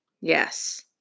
Yes